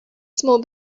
small